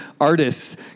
artists